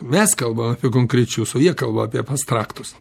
mes kalba apie konkrečius o jie kalba apie abstraktus